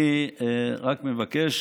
אני רק מבקש